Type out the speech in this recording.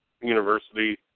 University